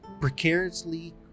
precariously